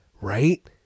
right